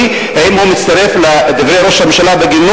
שאלתי: האם הוא מצטרף לדברי ראש הממשלה בגינוי